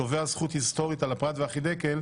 תובע זכות היסטורית על הפרת והחידקל,